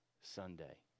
Sunday